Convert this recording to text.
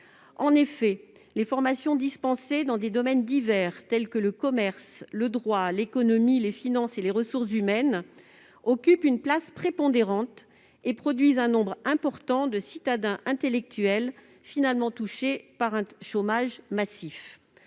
En effet, les formations dispensées dans des domaines divers tels que le commerce, le droit, l'économie, les finances et les ressources humaines occupent une place prépondérante et produisent un nombre important de citadins intellectuels, finalement touchés par un chômage massif.,